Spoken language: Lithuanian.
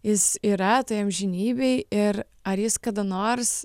jis yra toj amžinybėj ir ar jis kada nors